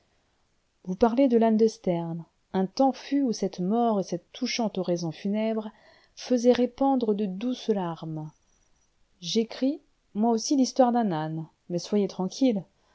vous parlez de l'âne de sterne un temps fut où cette mort et cette touchante oraison funèbre faisaient répandre de douces larmes j'écris moi aussi l'histoire d'un âne mais soyez tranquilles